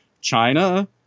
China